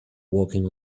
walking